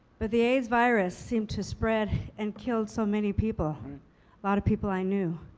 but the aids virus seemed to spread and killed so many people, a lot of people i knew.